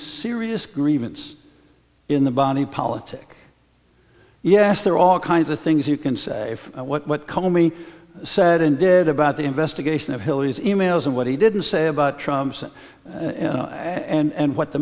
serious grievance in the body politic yes there are all kinds of things you can say what comey said and did about the investigation of hillary's e mails and what he didn't say about trump's and what the